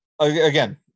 again